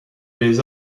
les